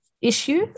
issue